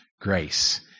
grace